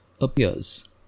appears –